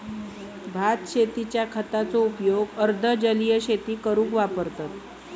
भात शेतींच्या खताचो उपयोग अर्ध जलीय शेती करूक वापरतत